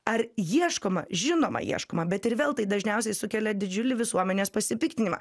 ar ieškoma žinoma ieškoma bet ir vėl tai dažniausiai sukelia didžiulį visuomenės pasipiktinimą